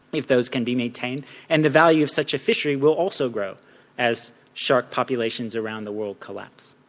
if those can be maintained and the value of such a fishery will also grow as shark populations around the world collapse.